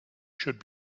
should